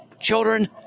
children